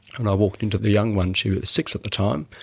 and i walked in to the young one, she was six at the time,